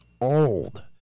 old